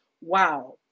wow